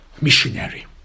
missionary